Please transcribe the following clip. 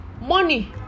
money